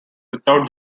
without